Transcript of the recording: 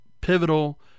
pivotal